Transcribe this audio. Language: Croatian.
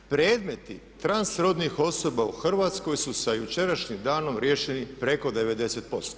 Predmeti trans rodnih osoba u Hrvatskoj su sa jučerašnjim danom riješeni preko 90%